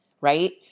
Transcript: right